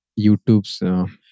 YouTube's